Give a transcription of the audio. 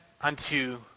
unto